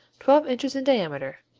twelve inches in diameter,